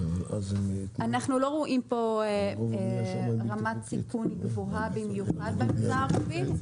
אנחנו לא רואים פה רמת סיכון גבוהה במיוחד במגזר הערבי.